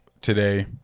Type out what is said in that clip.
today